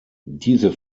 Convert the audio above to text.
diese